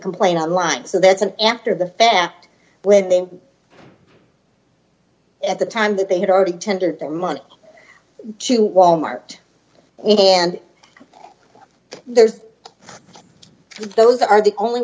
complaint online so that's an after the fact when at the time that they had already tendered the money to wal mart and there's if those are the only